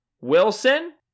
Wilson